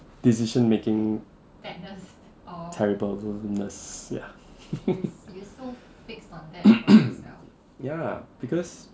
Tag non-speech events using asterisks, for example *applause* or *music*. decision making terrible-ness ya *laughs* ya because